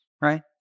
right